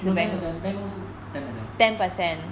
no ten percent bank loan 是 ten percent